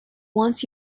wants